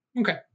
Okay